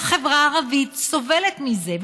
והחברה הערבית סובלת מזה,